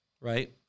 right